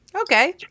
Okay